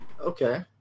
Okay